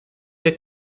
wir